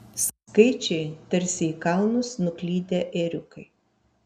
skaičiai tarsi į kalnus nuklydę ėriukai